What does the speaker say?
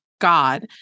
God